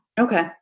Okay